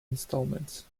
instalments